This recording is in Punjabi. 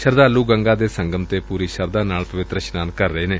ਸ਼ਰਧਾਲੂ ਗੰਗਾ ਦੇ ਸੰਗਮ ਤੇ ਪੂਰੀ ਸ਼ਰਧਾ ਨਾਲ ਪਵਿੱਤਰ ਇਸ਼ਨਾਨ ਕਰ ਰਹੇ ਨੇ